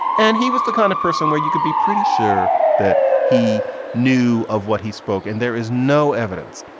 and he was the kind of person where you could be pretty sure that he knew of what he spoke. and there is no evidence.